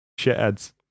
shitheads